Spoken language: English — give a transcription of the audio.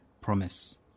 Promise